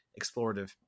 explorative